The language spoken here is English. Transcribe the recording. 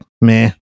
meh